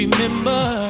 Remember